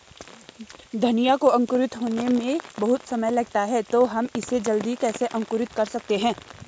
धनिया को अंकुरित होने में बहुत समय लगता है तो हम इसे जल्दी कैसे अंकुरित कर सकते हैं?